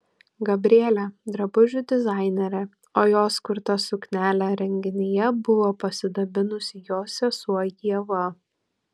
gabrielė drabužių dizainerė o jos kurta suknele renginyje buvo pasidabinusi jos sesuo ieva